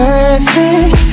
Perfect